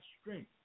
strength